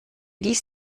dies